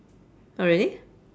oh really